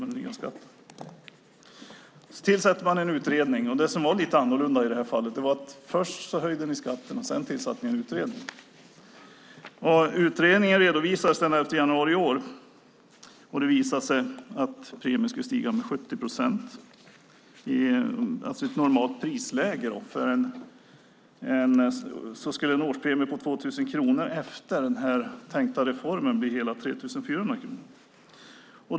Sedan tillsatte man en utredning. Det som var lite annorlunda i det här fallet var att man först höjde skatten och sedan tillsatte en utredning. Utredningen redovisades den 11 januari i år, och det visade sig att premien skulle stiga med 70 procent. I ett normalt prisläge skulle alltså en årspremie på 2 000 kronor efter den tänkta reformen bli hela 3 400 kronor.